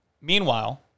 Meanwhile